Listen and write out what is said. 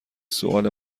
سوال